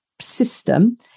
system